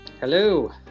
Hello